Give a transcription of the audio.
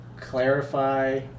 clarify